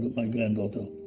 my granddaughter.